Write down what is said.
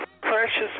precious